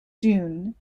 dune